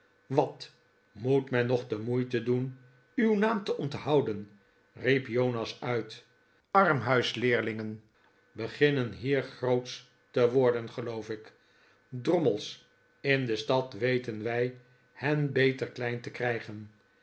wat moet men nog de moeite doen uw naam te onthouden riep jonas uit armhuisleerlingen beginnen hier grootsch te worden geloof ik drommels in de stad weten wij hen beter klein te krijgen